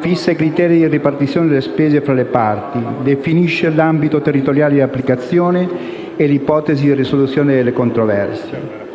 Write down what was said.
fissa i criteri di ripartizione delle spese fra le parti e definisce l'ambito territoriale di applicazione e le ipotesi di risoluzione delle controversie.